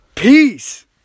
Peace